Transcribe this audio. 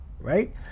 right